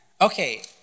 Okay